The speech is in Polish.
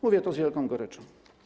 Mówię to z wielką goryczą.